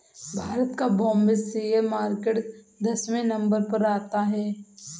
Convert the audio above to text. भारत का Bombay share market दसवें number पर आता है